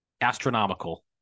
astronomical